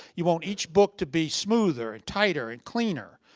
you want each book to be smoother and tighter and cleaner.